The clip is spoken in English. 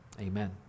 amen